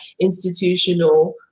institutional